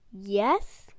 Yes